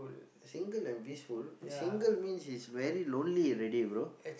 single and peaceful single means it's very lonely already bro